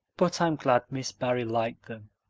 but i'm glad miss barry liked them.